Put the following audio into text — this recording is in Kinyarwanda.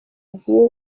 agiye